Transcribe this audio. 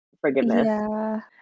forgiveness